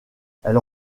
elles